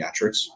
pediatrics